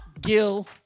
Gil